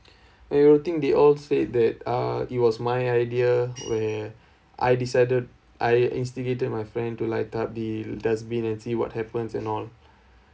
everything they all said that uh it was my idea where I decided I instigated my friend to light up the dustbin and see what happens and all